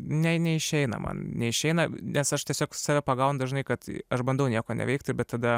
ne neišeina man neišeina nes aš tiesiog save pagaunu dažnai kad aš bandau nieko neveikti bet tada